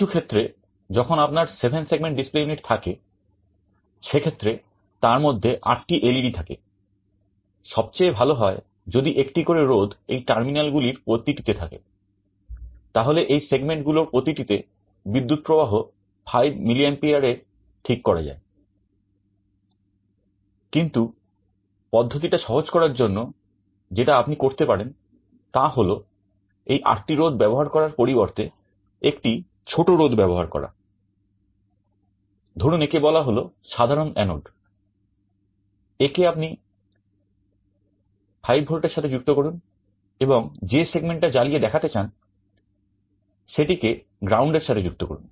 কিছু ক্ষেত্রে যখন আপনার সেভেন সেগমেন্ট ডিসপ্লে ইউনিট টা জ্বালিয়ে দেখাতে চান সেটিকে গ্রাউন্ড এর সাথে যুক্ত করুন